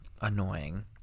annoying